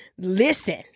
Listen